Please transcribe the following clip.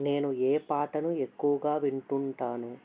నేను ఏ పాటను ఎక్కువగా వింటుంటాను